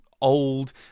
old